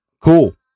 cool